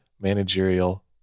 managerial